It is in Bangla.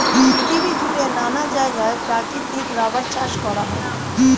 পৃথিবী জুড়ে নানা জায়গায় প্রাকৃতিক রাবার চাষ করা হয়